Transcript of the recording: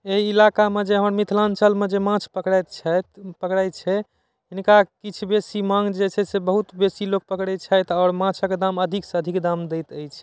अइ इलाकामे जे हमर मिथिलाञ्चलमे जे माछ पकड़ति छथि पकड़ै छै तिनका किछु बेसी माङ्ग जे छै से बहुत बेसी लोक पकड़ै छथि आओर माछक दाम अधिक सँ अधिक दाम दैत अछि